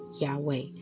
Yahweh